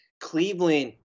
Cleveland